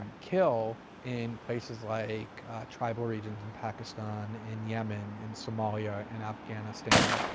kill in places like tribal regions in pakistan, in yemen, in somalia, in afghanistan,